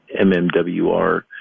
MMWR